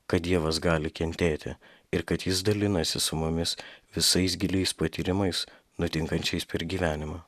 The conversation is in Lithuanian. kad dievas gali kentėti ir kad jis dalinasi su mumis visais giliais patyrimais nutinkančiais per gyvenimą